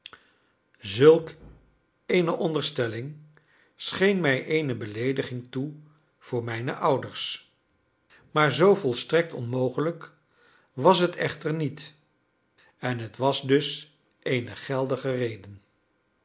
zulk eene onderstelling scheen mij eene beleediging toe voor mijne ouders maar zoo volstrekt onmogelijk was het echter niet en t was dus eene geldige reden